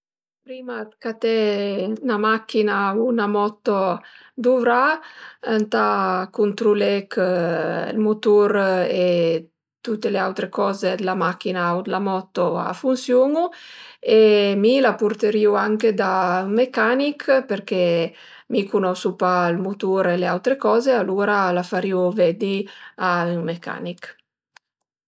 Prima 'd caté 'na machina u 'na moto duvrà ëntà cuntrulé chë ël mutur e tute le autre coze d'la machina u d'la moto a funsiunu e mi la purterìu anche da ün mecanich përché mi cunosu pa ël mutur e le autre coze, alura la farìu vedi al mecanich